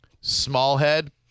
Smallhead